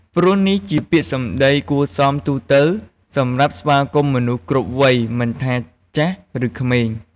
ព្រោះនេះជាពាក្យសម្ដីគួរសមទូទៅសម្រាប់ស្វាគមន៍មនុស្សគ្រប់វ័យមិនថា ចាស់ ឬក្មេង។